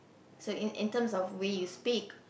so in in terms of way you speak